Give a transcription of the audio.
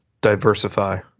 diversify